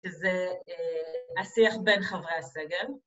‫שזה השיח בין חברי הסגל.